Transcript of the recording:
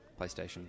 PlayStation